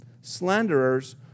slanderers